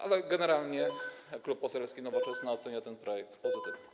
Ale generalnie Klub Poselski Nowoczesna ocenia ten projekt pozytywnie.